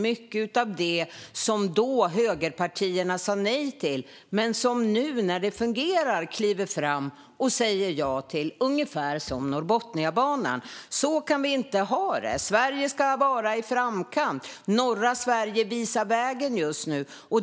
Mycket av det sa högerpartierna nej till, men nu när det fungerar kliver de fram och säger ja, ungefär som med Norrbotniabanan. Så kan vi inte ha det. Sverige ska ligga i framkant. Norra Sverige visar vägen just nu.